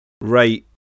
right